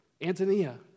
Antonia